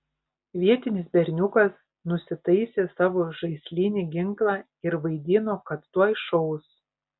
vietinis berniukas nusitaisė savo žaislinį ginklą ir vaidino kad tuoj šaus